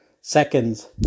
seconds